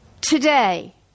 today